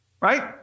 right